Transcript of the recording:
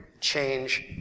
change